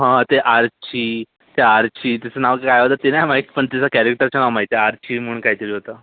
हां ते आर्ची त्या आर्ची तिचं नाव काय होतं ते नाही माहीत पण तिचं कॅरेक्टरचं नाव माहिती आहे आर्ची म्हणून काहीतरी होतं